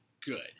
good